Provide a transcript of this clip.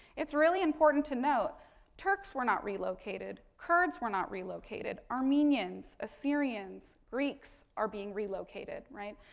it's really important to note turks were not relocated, kurds were not relocated, armenians, assyrians, greeks are being relocated, right.